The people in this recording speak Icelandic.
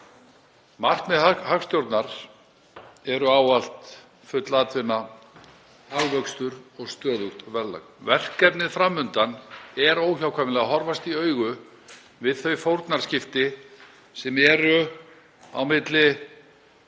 Markmið hagstjórnar eru ávallt full atvinna, hagvöxtur og stöðugt verðlag. Verkefnið fram undan er óhjákvæmilega að horfast í augu við þau fórnarskipti sem eru á milli